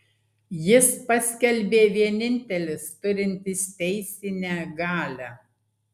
jis paskelbė vienintelis turintis teisinę galią